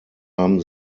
haben